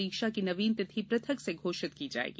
परीक्षा की नवीन तिथि पृथक से घोषित की जाएगी